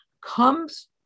comes